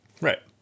right